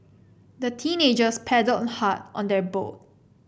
the teenagers paddled hard on their boat